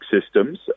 systems